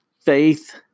Faith